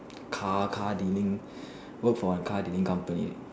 car car dealing for a car dealing company